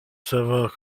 savoir